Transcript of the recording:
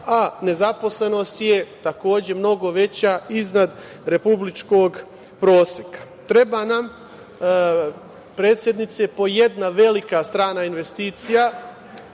a nezaposlenost je takođe mnogo veća iznad republičkog proseka. Treba nam, predsednice, po jedna velika strana investicija,